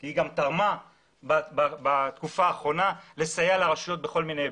היא גם תרמה לסייע לרשויות בכל מיני היבטים,